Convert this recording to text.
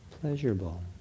pleasurable